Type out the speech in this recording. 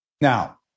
Now